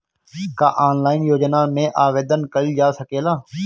का ऑनलाइन योजना में आवेदन कईल जा सकेला?